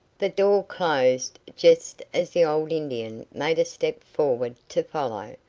the door closed just as the old indian made a step forward to follow.